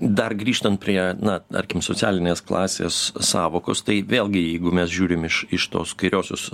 dar grįžtant prie na tarkim socialinės klasės sąvokos tai vėlgi jeigu mes žiūrim iš iš tos kairiosios